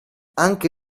anche